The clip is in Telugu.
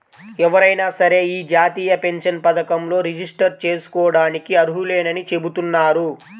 ఎవరైనా సరే యీ జాతీయ పెన్షన్ పథకంలో రిజిస్టర్ జేసుకోడానికి అర్హులేనని చెబుతున్నారు